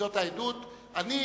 זאת העדות, לשמחתי,